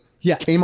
Yes